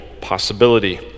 possibility